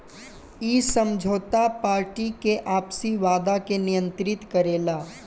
इ समझौता पार्टी के आपसी वादा के नियंत्रित करेला